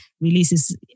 releases